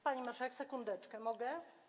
Pani marszałek, sekundeczkę, mogę?